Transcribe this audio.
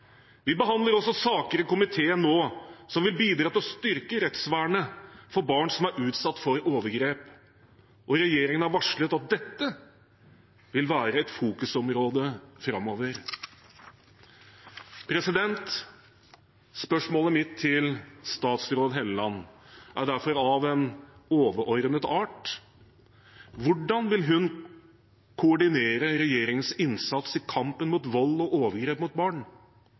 Vi behandler nå også saker i komiteen som vil bidra til å styrke rettsvernet til barn som er utsatt for overgrep, og regjeringen har varslet at dette vil være et fokusområde framover. Spørsmålet mitt til statsråd Hofstad Helleland er derfor av en overordnet art. Hvordan vil hun koordinere regjeringens innsats i kampen mot vold og overgrep mot barn